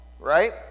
right